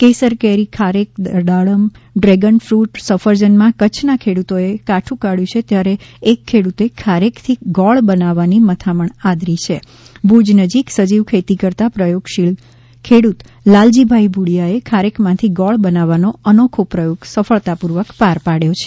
કેસર કેરી ખારેક દાડમ ડ્રેગન ફ્ર્ટ અને સફરજનમાં કચ્છના ખેડૂતોએ કાઠું કાઢ્યું છે ત્યારે એક ખેડૂતે ખારેકથી ગોળ બનાવવાની મથામણ આદરી છાં ભુજ નજીક સજીવ ખેતી કરતાં પ્રયોગશીલ ખેડૂત લાલજીભાઈ ભુડિયાએ ખારેકમાંથી ગોળ બનાવવાનો અનોખો પ્રથોગ સફળતાપૂર્વક પાર પાડ્યો છે